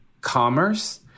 commerce